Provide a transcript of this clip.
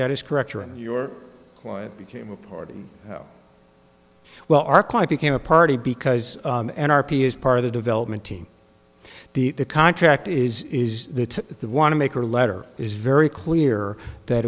that is correct or in your client became a party well arclight became a party because an r p is part of the development team the contract is is that the want to make or letter is very clear that